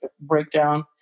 breakdown